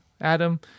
Adam